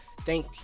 Thank